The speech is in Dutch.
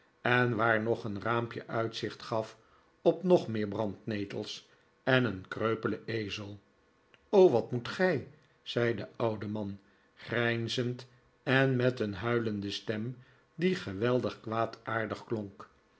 en waar nog een raampje uitzicht gaf op nog meer brandnetels en een kreupelen ezel wat moet gij zei de oude man grijnzend en met een huilende stem die geweldig kwaadaardig